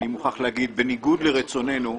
בניגוד לרצוננו,